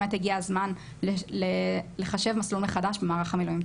באמת הגיע הזמן לחשב מסלול מחדש במערך המילואים,